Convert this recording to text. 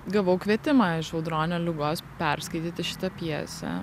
gavau kvietimą iš audronio liugos perskaityti šitą pjesę